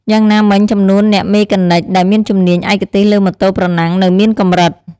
យ៉ាងណាមិញចំនួនអ្នកមេកានិចដែលមានជំនាញឯកទេសលើម៉ូតូប្រណាំងនៅមានកម្រិត។